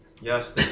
Yes